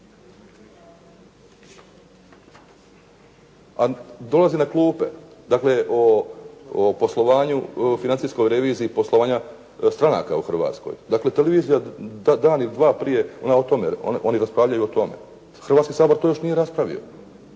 A dolazi na klupe. Dakle, o poslovanju financijskoj reviziji, poslovanja stranka u Hrvatskoj. Dakle, televizija dan ili dva prije, ona to tome, oni raspravljaju o tome. Hrvatski sabor to još nije raspravio.